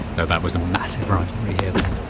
though that was a massive rivalry here then.